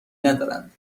ندارند